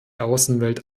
außenwelt